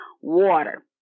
water